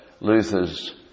Luther's